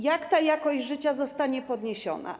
Jak ta jakość życia zostanie podniesiona?